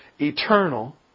eternal